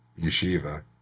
yeshiva